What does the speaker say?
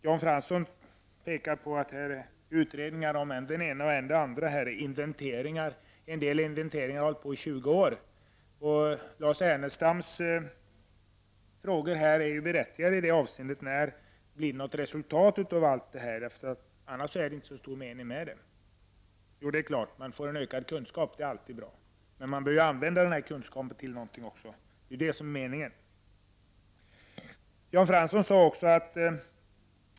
Jan Fransson pekar på att det pågår utredningar om än det ena, än det andra, och att det görs inventeringar. En del inventeringar har pågått i 20 år. Lars Ernestams frågor i det avseendet är berättigade. När blir det något resultat av allt detta? Annars är det inte så stor mening med det. Det är klart att man får ökad kunskap, och det är alltid bra. Men man bör ju använda denna kunskap till något också — det är det som är meningen.